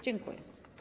Dziękuję.